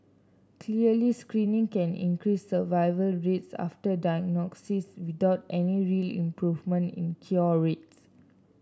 clearly screening can increase survival rates after diagnosis without any real improvement in cure rates